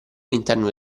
all’interno